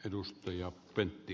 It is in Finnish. arvoisa puhemies